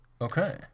Okay